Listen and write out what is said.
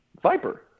Viper